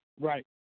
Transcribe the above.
Right